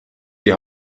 die